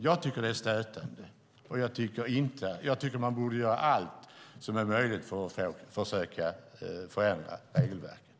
Jag tycker att det är stötande, och jag tycker att man borde göra allt som är möjligt för att försöka förändra regelverket.